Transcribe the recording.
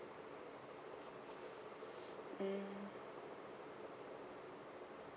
mm